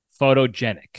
photogenic